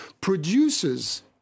produces